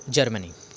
Germany